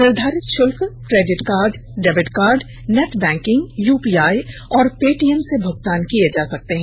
निर्धारित शुल्क credit card debit card net banking UPI और पेटीएम से भुगतान किये जा सकते हैं